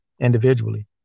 individually